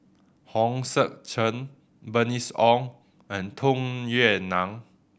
Hong Sek Chern Bernice Ong and Tung Yue Nang